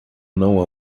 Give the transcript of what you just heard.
não